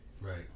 Right